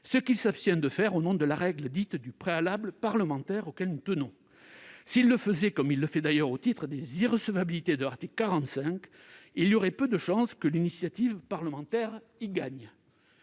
ce qu'il s'abstient de faire au nom de la règle dite du « préalable parlementaire », à laquelle nous tenons. S'il le faisait, comme il le fait d'ailleurs au titre des irrecevabilités de l'article 45 de la Constitution, il y aurait peu de chances que l'initiative parlementaire y gagne.